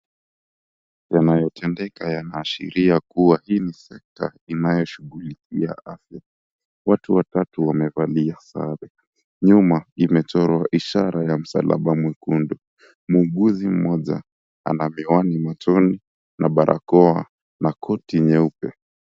Yanayotendeka yanaashiria kua hii ni sekta inayoshughulikia afya. Watu watatu wamevalia sare nyuma imechorwa ishara ya msalaba mwekundu muuguzi mmoja ana miwani machoni na barakoa na koti nyeupe.